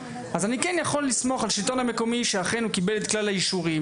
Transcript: אז אני יכול לסמוך עליו שאכן הוא קיבל את כלל האישורים,